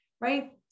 Right